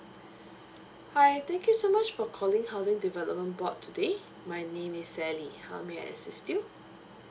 hi thank you so much for calling housing development board today my name is sally how may I assist you